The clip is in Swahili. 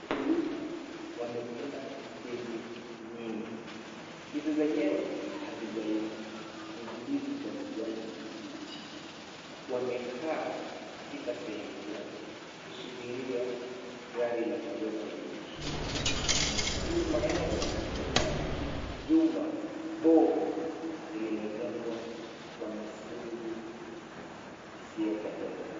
Wakulima wamevuna ndizi nyingi. Ndizi zenyewe, hazijaiva. Ni ndizi za kijani kibichi. Wamekaa katika sehemu fulani kusubiria gari la kubeba ndizi hizo. Nyuma yao kuna jumba bovu lililojengwa kwa misingi isiyopendeza.